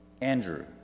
Andrew